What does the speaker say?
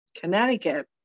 Connecticut